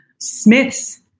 Smith's